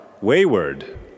wayward